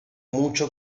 mucho